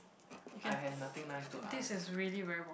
I have nothing nice to ask